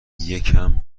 یکم